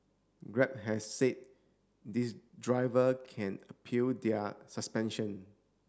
grab has said these driver can appeal their suspension